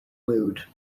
mood